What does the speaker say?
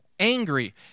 Angry